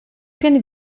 pieni